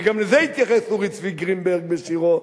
וגם לזה התייחס אורי צבי גרינברג בשירו,